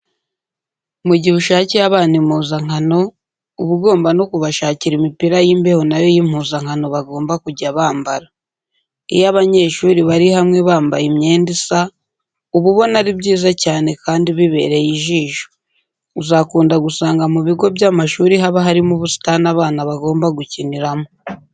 Mu gihe ushakiye abana impuzankano uba ugomba no kubashakira imipira y'imbeho na yo y'impuzanakano bagomba kujya bambara. Iyo abanyeshuri bari hamwe bambaye imyenda isa uba ubona ari byiza cyane kandi bibereye ijisho. Uzakunda gusanga mu bigo by'amashuri haba harimo ubusitani abana bagomba gukiniramo.